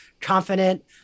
confident